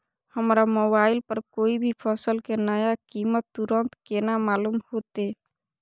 हमरा मोबाइल पर कोई भी फसल के नया कीमत तुरंत केना मालूम होते?